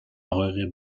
حقایق